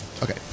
Okay